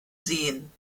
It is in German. seen